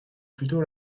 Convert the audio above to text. plutôt